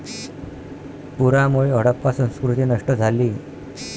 पुरामुळे हडप्पा संस्कृती नष्ट झाली